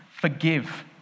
forgive